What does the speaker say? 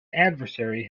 adversary